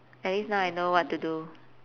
at least now I know what to do